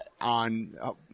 on